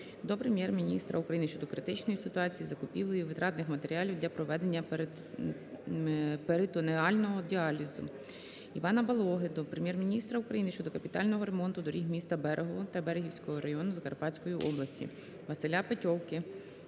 до Прем'єр-міністра України щодо критичної ситуації з закупівлею витратних матеріалів для проведення перитонеального діалізу. Івана Балоги до Прем'єр-міністра України щодо капітального ремонту доріг міста Берегово та Берегівського району Закарпатської області.